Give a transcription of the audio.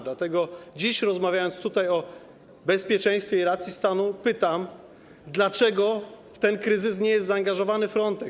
Dlatego dziś, gdy rozmawiamy tutaj o bezpieczeństwie i racji stanu, pytam: Dlaczego w ten kryzys nie jest zaangażowany Frontex?